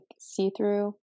see-through